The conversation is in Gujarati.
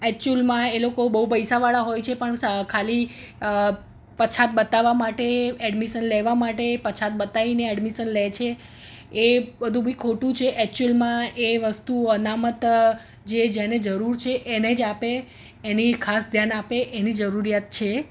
એક્ચ્યુઅલમાં એ લોકો બહુ પૈસા વાળા હોય છે પણ ખાલી પ પછાત બતાવવા માટે એડમિશન લેવા માટે પછાત બતાવીને એડમિશન લે છે એ બધું બી ખોટું છે એકચ્યુઅલમાં એ વસ્તુઓ અનામત જે જેને જરૂર છે એને જ આપે એની ખાસ ધ્યાન આપે એની જરૂરીયાત છે